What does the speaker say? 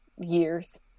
years